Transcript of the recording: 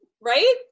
right